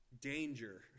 Danger